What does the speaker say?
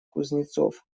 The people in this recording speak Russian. кузнецов